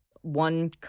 one